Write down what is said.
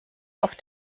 auf